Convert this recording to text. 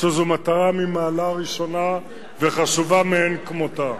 שזו מטרה ממעלה ראשונה וחשובה מאין כמותה.